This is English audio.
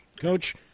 Coach